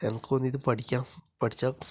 എനിക്കൊന്ന് ഇത് പഠിക്കാം പഠിച്ചാൽ